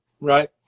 right